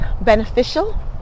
beneficial